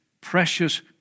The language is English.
precious